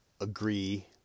agree